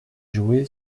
joué